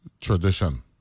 tradition